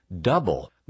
double